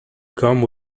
come